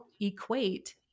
equate